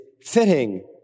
fitting